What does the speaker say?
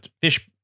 fish